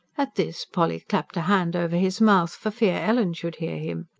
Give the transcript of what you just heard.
at this polly clapped a hand over his mouth, for fear ellen should hear him.